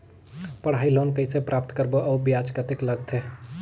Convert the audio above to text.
पढ़ाई लोन कइसे प्राप्त करबो अउ ब्याज कतेक लगथे?